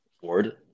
Ford